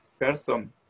person